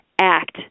act